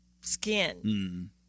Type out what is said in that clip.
skin